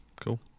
Cool